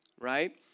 Right